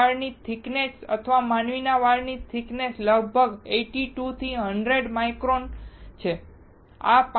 મારા વાળની થીક્નેસ અથવા માનવ વાળની થીક્નેસ લગભગ 82 થી 100 માઇક્રોન છે